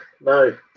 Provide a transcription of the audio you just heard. no